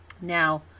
Now